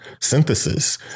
synthesis